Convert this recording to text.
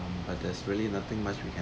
but there's really nothing much we can